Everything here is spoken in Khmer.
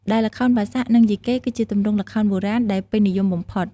ដែលល្ខោនបាសាក់ និងយីកេ គឺជាទម្រង់ល្ខោនបុរាណដែលពេញនិយមបំផុត ។